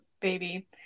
baby